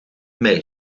mij